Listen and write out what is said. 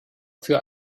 für